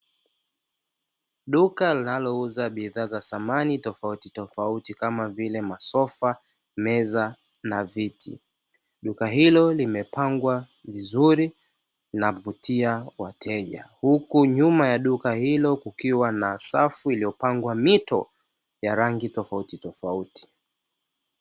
Duka linalouza bidhaa za samani tofauti tofauti kama vile masofa, meza na viti. Duka hilo limepangwa vizuri navutia wateja huku nyuma ya duka hilo kukiwa na safu iliyopangwa mito ya rangi tofauti tofauti.